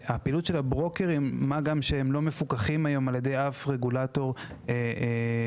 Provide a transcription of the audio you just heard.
הפעילות של הברוקרים לא מפוקחת על ידי אף רגולטור מטעם